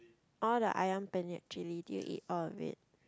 all the Ayam-Penyet chilli did you eat all of it